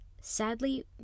Sadly